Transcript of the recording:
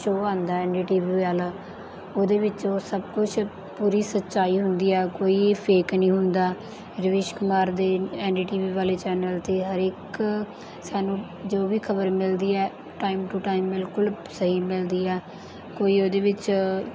show ਆਉਂਦਾ N D T V ਵਾਲਾ ਉਹਦੇ ਵਿੱਚੋਂ ਸਭ ਕੁਛ ਪੂਰੀ ਸੱਚਾਈ ਹੁੰਦੀ ਆ ਕੋਈ ਫੇਕ ਨਹੀਂ ਹੁੰਦਾ ਰਵੀਸ਼ ਕੁਮਾਰ ਦੇ ਐੱਨ ਡੀ ਟੀ ਵੀ ਵਾਲੇ ਚੈਨਲ 'ਤੇ ਹਰ ਇੱਕ ਸਾਨੂੰ ਜੋ ਵੀ ਖਬਰ ਮਿਲਦੀ ਹੈ ਟਾਈਮ ਟੂ ਟਾਈਮ ਬਿਲਕੁਲ ਸਹੀ ਮਿਲਦੀ ਆ ਕੋਈ ਉਹਦੇ ਵਿੱਚ